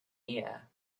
eyre